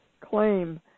Claim